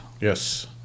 Yes